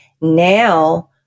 Now